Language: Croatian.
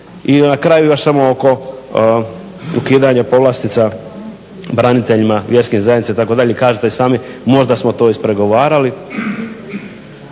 I na kraju još samo oko ukidanja povlastica braniteljima vjerske zajednice itd. kažete sami možda smo to ispregovarali.